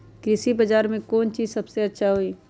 कृषि बजार में कौन चीज सबसे अच्छा होई?